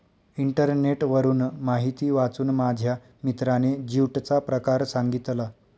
इंटरनेटवरून माहिती वाचून माझ्या मित्राने ज्यूटचा प्रकार सांगितला